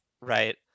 Right